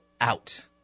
out